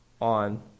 on